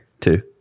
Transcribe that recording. two